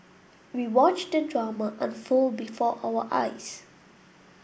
we watched the drama unfold before our eyes